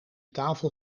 tafel